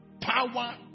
Power